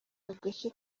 agace